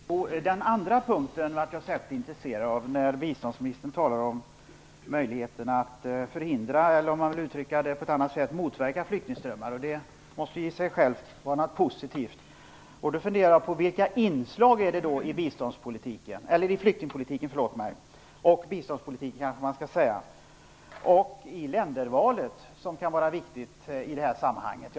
Fru talman! Den andra punkten är jag särskilt intresserad av. Biståndsministern talar om möjligheterna att förhindra eller, om man vill uttrycka det på ett annat sätt, motverka flyktingströmmar. Det måste i sig vara något positivt. Jag funderar på: Vilka inslag är det då i flyktingpolitiken - biståndspolitiken kanske man också skall nämna - och i ländervalet som kan vara viktiga i det här sammanhanget?